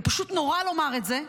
זה פשוט נורא לומר את זה,